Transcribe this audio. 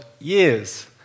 years